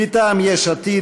מטעם יש עתיד.